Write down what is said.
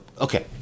okay